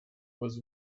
was